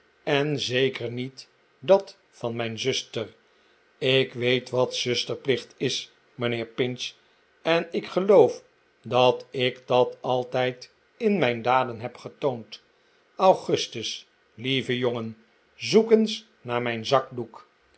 en zeker niet dat van mijn zuster ik weet wat zusterplicht is mijnheer pinch en ik geloof dat ik dat altijd in mijn daden heb getoond augustus lieve jongen zoek eens naar mijn zakdoek